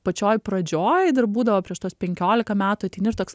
pačioj pradžioj dar būdavo prieš tuos penkiolika metų ateini ir toks